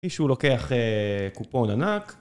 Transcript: מישהו לוקח קופון ענק.